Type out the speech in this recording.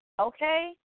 Okay